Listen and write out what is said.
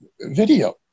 video